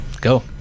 Go